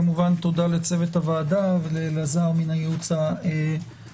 כמובן תודה לצוות הוועדה ועו"ד לאלעזר שטרן מהייעוץ המשפטי.